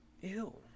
Ew